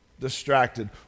distracted